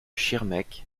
schirmeck